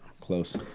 close